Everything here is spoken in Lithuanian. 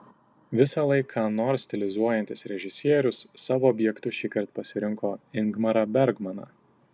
visąlaik ką nors stilizuojantis režisierius savo objektu šįkart pasirinko ingmarą bergmaną